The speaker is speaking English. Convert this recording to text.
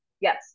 yes